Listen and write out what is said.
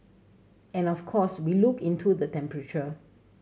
and of course we look into the temperature